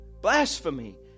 Blasphemy